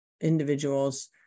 individuals